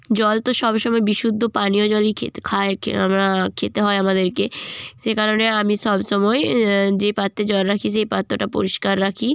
জল তো সব সময় বিশুদ্ধ পানীয় জলই খেত খায় খে আমরা খেতে হয় আমাদেরকে সে কারণে আমি সব সময় যে পাত্রে জল রাখি সেই পাত্রটা পরিষ্কার রাখি